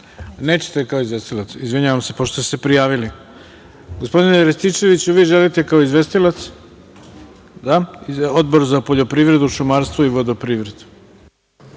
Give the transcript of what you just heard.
kao izvestilac? Izvinjavam se, pošto ste se prijavili. Gospodine Rističeviću, vi želite kao izvestilac? (Da.)Odbor za poljoprivredu, šumarstvo i vodoprivredu.